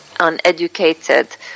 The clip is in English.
uneducated